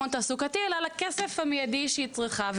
תעסוקתי אלא רק על הכסף המיידי שהיא צריכה,